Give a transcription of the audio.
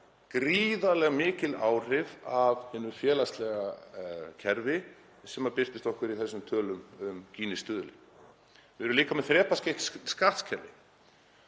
gríðarlega mikil áhrif af hinu félagslega kerfi sem birtast okkur í þessum tölum um Gini-stuðulinn. Við erum líka með þrepaskipt skattkerfi.